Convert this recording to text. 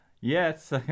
Yes